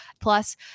Plus